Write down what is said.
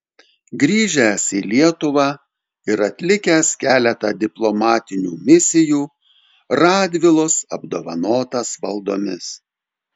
grįžęs į lietuvą ir atlikęs keletą diplomatinių misijų radvilos apdovanotas valdomis